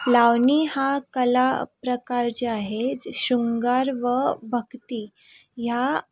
लावणी हा कलाप्रकार जे आहे शृंगार व भक्ती ह्या